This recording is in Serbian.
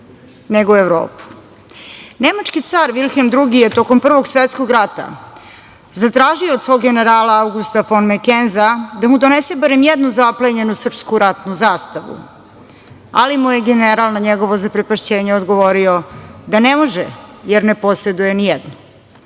nego Evropu. Nemački car Vilhem II je tokom Prvog svetskog rata zatražio od svoga generala Augusta fon Mekenza da mu donese barem jednu zaplenjenu srpsku ratnu zastavu. Ali mu je general, na njegovo zaprepašćenje, odgovorio da ne može, jer ne poseduje ni jednu.